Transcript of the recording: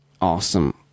awesome